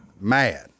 Mad